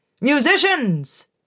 Musicians